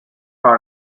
small